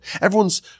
Everyone's